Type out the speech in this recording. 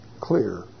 clear